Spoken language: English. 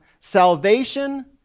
salvation